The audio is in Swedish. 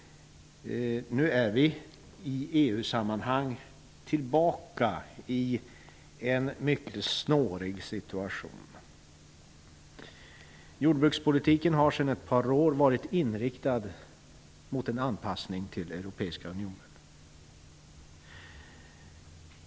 Nu är vi i EU sammanhang tillbaka i en mycket snårig situation. Jordbrukspolitiken har sedan ett par år varit inriktad mot en anpassning till den europeiska unionen.